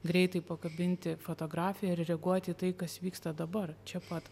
greitai pakabinti fotografiją ir reaguoti į tai kas vyksta dabar čia pat